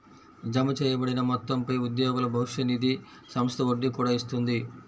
జమచేయబడిన మొత్తంపై ఉద్యోగుల భవిష్య నిధి సంస్థ వడ్డీ కూడా ఇస్తుంది